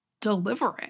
delivering